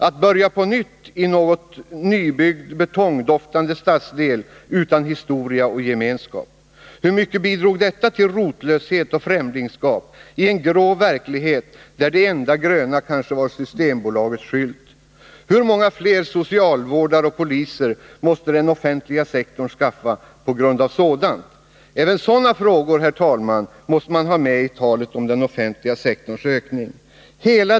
Att börja på nytt i någon nybyggd, betongdoftande stadsdel utan historia och gemenskap — hur mycket bidrog detta till rotlöshet och främlingskap i en grå verklighet, där det enda gröna kanske var Systembolagets skylt? Hur många fler socialvårdare och poliser måste den offentliga sektorn skaffa på grund av sådant? Även sådana frågor måste man ha med när man talar om den offentliga sektorns ökning.